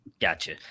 Gotcha